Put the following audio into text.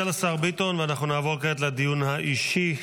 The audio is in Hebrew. ואנחנו נעבור כעת לדיון האישי.